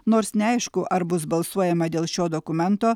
nors neaišku ar bus balsuojama dėl šio dokumento